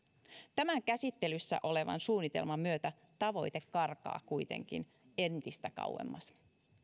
tämän käsittelyssä olevan suunnitelman myötä tavoite karkaa kuitenkin entistä kauemmas